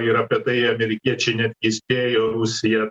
ir apie tai amerikiečiai netgi įspėjo rusiją